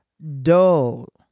dull